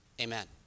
Amen